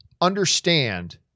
understand